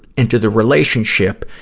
into the relationship.